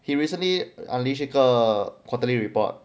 he recently unleashed 一个 quarterly report